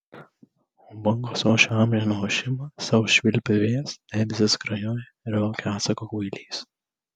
o bangos ošia amžiną ošimą sau švilpia vėjas debesys skrajoja ir laukia atsako kvailys